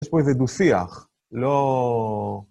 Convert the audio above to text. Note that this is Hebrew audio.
יש פה איזה דו-שיח, לא...